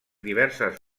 diverses